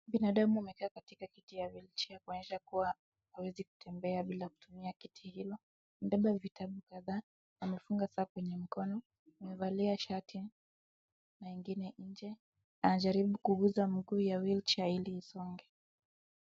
Binadamu amakaa katika kiti ya wheelchair kuonyesha kuwa hawezi kutembea bila kutumia kiti hilo. Amebeba vitabu kadhaa, amefuga saa kwenye mkono, amevalia shati na ingine nje. Anajaribu kuguza mguu ya wheelchair ili isonge.